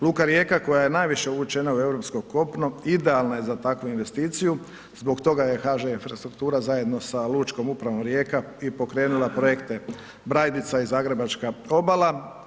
Luka Rijeka koja je najviše uvučena u europsko kopno idealna je za takvu investiciju zbog toga je HŽ Infrastruktura zajedno sa Lučkom upravom Rijeka i pokrenula Projekte Brajdica i Zagrebačka obala.